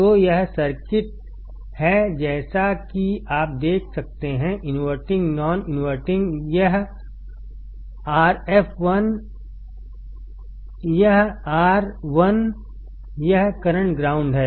तो यह सर्किट है जैसा कि आप यहां देख सकते हैंइनवर्टिंग नॉन इनवर्टिंगयह Rf यह R1 यह करंट ग्राउंड है